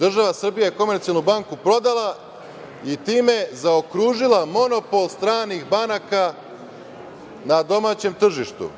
država Srbija je „Komercijalnu banku“ prodala i time zaokružila monopol stranih banaka na domaćem tržištu.